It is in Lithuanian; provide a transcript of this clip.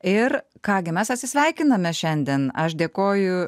ir ką gi mes atsisveikiname šiandien aš dėkoju